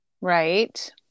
Right